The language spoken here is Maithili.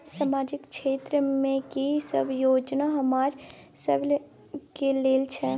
सामाजिक क्षेत्र में की सब योजना हमरा सब के लेल छै?